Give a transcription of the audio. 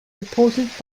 supported